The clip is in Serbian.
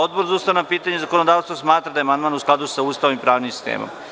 Odbor za ustavna pitanja i zakonodavstvo smatra da je amandman u skladu sa Ustavom i pravnim sistemom.